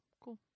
cool